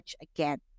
again